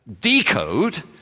decode